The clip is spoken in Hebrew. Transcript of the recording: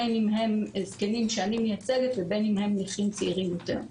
בין אם הם זקנים שאני מייצגת ובין אם הם נכים צעירים יותר,